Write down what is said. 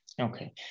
Okay